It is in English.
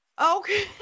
Okay